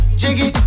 jiggy